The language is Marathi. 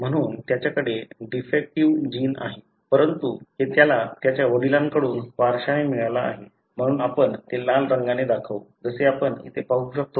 म्हणून त्याच्याकडे डिफेक्टीव्ह जीन आहे परंतु हे त्याला त्याच्या वडिलांकडून वारशाने मिळाले आहे म्हणून आपण ते लाल रंगने दाखऊ जसे आपण इथे पाहू शकतो